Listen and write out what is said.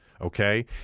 okay